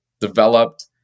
developed